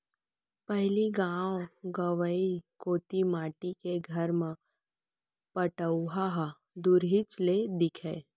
पहिली गॉव गँवई कोती माटी के घर म पटउहॉं ह दुरिहेच ले दिखय